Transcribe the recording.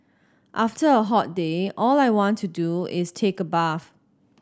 after a hot day all I want to do is take a bath